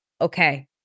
okay